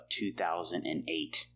2008